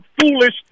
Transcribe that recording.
foolish